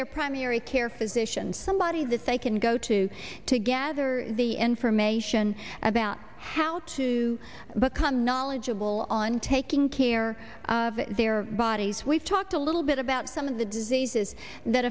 their primary care physician somebody that they can go to to gather the information about how to become knowledgeable on taking care of their bodies we've talked a little bit about some of the diseases that